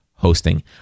Hosting